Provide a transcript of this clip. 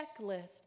checklist